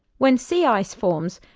when sea ice forms,